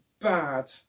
bad